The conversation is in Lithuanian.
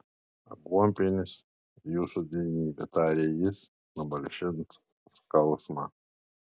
aguonpienis jūsų didenybe tarė jis numalšins skausmą